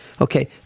Okay